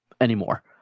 anymore